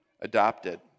adopted